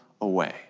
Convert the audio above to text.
away